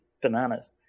bananas